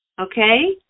Okay